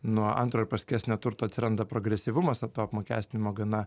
nuo antro ir paskesnio turto atsiranda progresyvumas to apmokestinimo gana